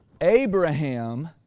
Abraham